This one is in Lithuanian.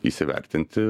įsivertinti su kuo